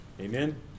Amen